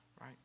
Right